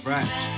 Right